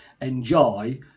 enjoy